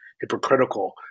hypocritical